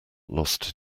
lost